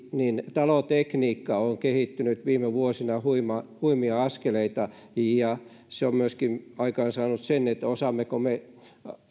talotekniikka on kehittynyt viime vuosina huimia huimia askeleita ja se on myöskin aikaansaanut sen että osaammeko me